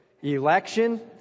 Election